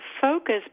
focus